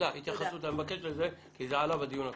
אני מבקש לזה התייחסות כי זה עלה בדיון הקודם.